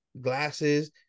glasses